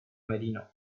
merino